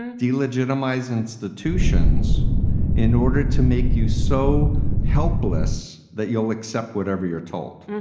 and de-legitimise institutions in order to make you so helpless that you'll accept whatever you're told.